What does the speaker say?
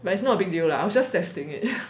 but it's not a big deal lah I was just testing it